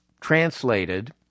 translated